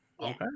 Okay